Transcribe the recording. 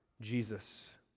Jesus